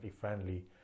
friendly